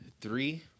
three